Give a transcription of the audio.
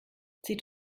zieht